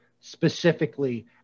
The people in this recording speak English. specifically